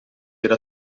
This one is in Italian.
era